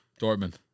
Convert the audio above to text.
Dortmund